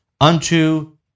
unto